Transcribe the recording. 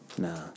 Nah